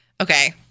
Okay